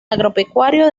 agropecuario